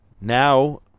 Now